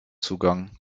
zugang